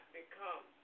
become